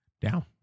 down